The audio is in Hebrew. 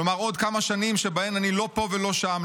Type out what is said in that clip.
כלומר עוד כמה שנים שבהן אני לא פה ולא שם,